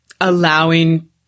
allowing